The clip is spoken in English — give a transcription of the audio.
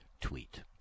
tweet